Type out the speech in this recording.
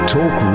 Talk